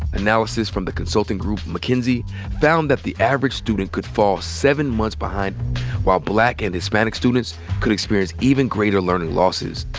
analysis from the consulting group mckinsey found that the average student could fall seven months behind while black and hispanic students could experience even greater learning losses.